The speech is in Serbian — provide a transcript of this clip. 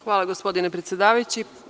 Hvala gospodine predsedavajući.